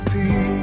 Peace